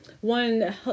One